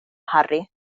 harry